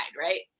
right